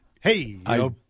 hey